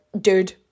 dude